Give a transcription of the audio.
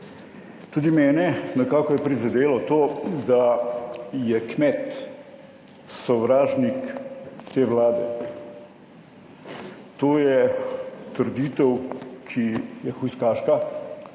Tudi mene nekako je prizadelo to, da je kmet sovražnik te Vlade. To je trditev, ki je hujskaška.